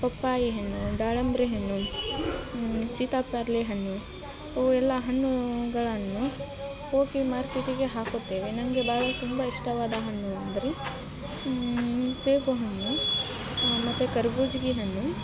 ಪಪ್ಪಾಯಿ ಹಣ್ಣು ದಾಳಂಬ್ರಿ ಹಣ್ಣು ಸೀತಾಫಲ ಹಣ್ಣು ಅವು ಎಲ್ಲ ಹಣ್ಣುಗಳನ್ನು ಹೋಗಿ ಮಾರ್ಕೆಟಿಗೆ ಹಾಕುತ್ತೇವೆ ನನಗೆ ಭಾಳ ತುಂಬ ಇಷ್ಟವಾದ ಹಣ್ಣು ಅಂದರೆ ಸೇಬುಹಣ್ಣು ಮತ್ತು ಕರ್ಬುಜಿ ಹಣ್ಣು